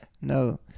No